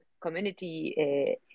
community